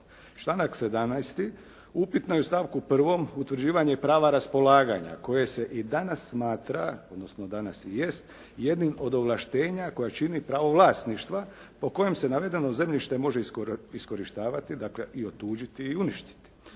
Članak 17. upitno je u stavku 1. utvrđivanje prava raspolaganja koje se i danas smatra, odnosno danas i jest, jednim od ovlaštenja koje čini pravo vlasništva, po kojem se navedeno zemljište može iskorištavati, dakle i otuđiti i uništiti.